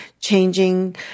changing